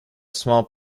small